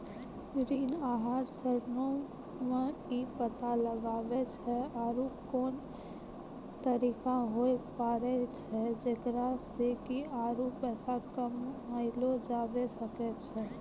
ऋण आहार चरणो मे इ पता लगाबै छै आरु कोन तरिका होय पाड़ै छै जेकरा से कि आरु पैसा कमयलो जाबै सकै छै